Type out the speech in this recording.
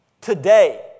today